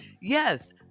yes